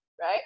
right